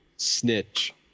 snitch